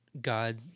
God